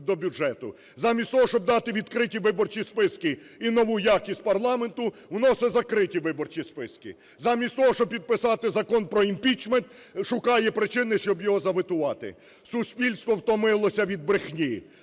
замість того, щоб дати відкриті виборчі списки і нову якість парламенту, вносить закриті виборчі списки; замість того, щоб підписати Закон про імпічмент, шукає причини, щоб його заветувати. Суспільство втомилося від брехні,